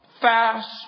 fast